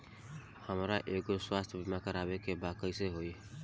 हमरा एगो स्वास्थ्य बीमा करवाए के बा कइसे होई?